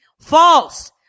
False